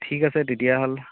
ঠিক আছে তেতিয়াহ'লে